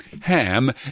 HAM